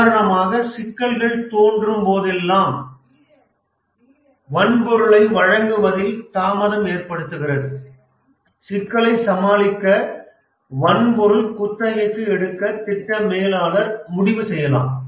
உதாரணமாக சிக்கல்கள் தோன்றும் போதெல்லாம் வன்பொருளை வழங்குவதில் தாமதம் ஏற்படுகிறது சிக்கலை சமாளிக்க வன்பொருள் குத்தகைக்கு எடுக்க திட்ட மேலாளர் முடிவு செய்யலாம்